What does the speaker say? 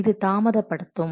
இது தாமதப்படுத்தும்